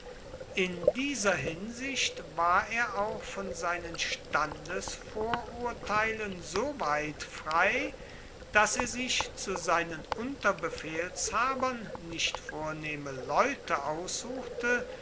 in dieser hinsicht war er auch von seinen standesvorurteilen so weit frei daß er sich zu seinen unterbefehlshabern nicht vornehme leute aussuchte